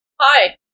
Hi